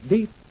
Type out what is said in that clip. Deep